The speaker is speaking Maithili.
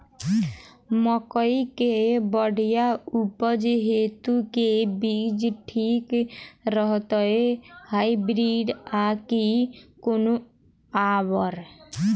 मकई केँ बढ़िया उपज हेतु केँ बीज ठीक रहतै, हाइब्रिड आ की कोनो आओर?